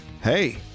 hey